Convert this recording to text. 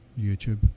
YouTube